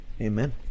Amen